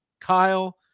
kyle